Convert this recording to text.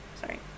sorry